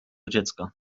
dziecka